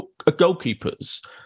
goalkeepers